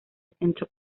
centro